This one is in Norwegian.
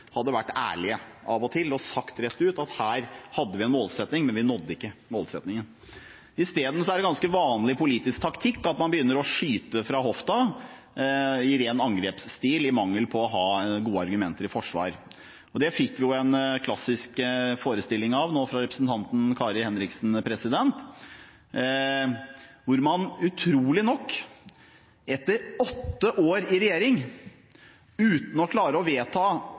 hadde vært ærlige av og til og sagt rett ut at her hadde vi en målsetting, men vi nådde ikke målsettingen. Isteden er det ganske vanlig politisk taktikk å begynne å skyte fra hofta i ren angrepsstil i mangel på gode argumenter i forsvar. Det fikk vi en klassisk forestilling om nå av representanten Kari Henriksen. Utrolig nok, etter åtte år i regjering uten å klare å vedta